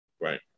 Right